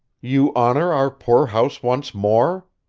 you honor our poor house once more?